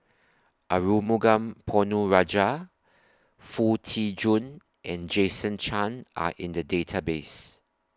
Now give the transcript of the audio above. Arumugam Ponnu Rajah Foo Tee Jun and Jason Chan Are in The Database